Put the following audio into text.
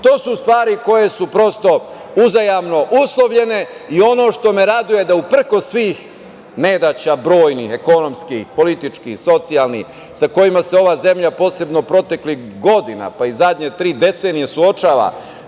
To su stvari koje su prosto uzajamno uslovljene. Ono što me raduje, jeste da uprkos svih nedaća brojnih, ekonomskih, političkih, socijalnih, sa kojima se ova zemlja posebno proteklih godina i zadnje tri decenije suočava,